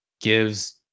gives